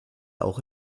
auch